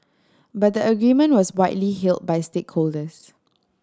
but the agreement was widely hailed by stakeholders